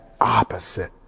opposite